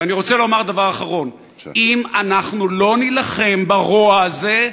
ואני רוצה לומר דבר אחרון: אם אנחנו לא נילחם ברוע הזה,